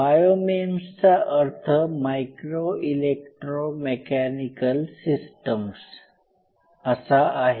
bio MEMS चा अर्थ micro electro mechanical systems असा आहे